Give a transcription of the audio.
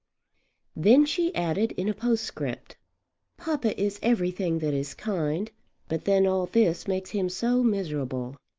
then she added in a postscript papa is everything that is kind but then all this makes him so miserable!